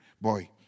boy